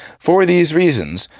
for these reasons,